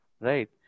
right